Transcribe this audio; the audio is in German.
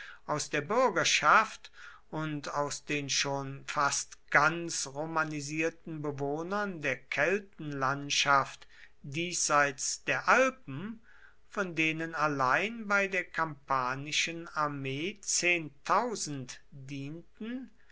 aus der bürgerschaft und aus den schon fast ganz romanisierten bewohnern der keltenlandschaften diesseits der alpen von denen allein bei der kampanischen armee dienten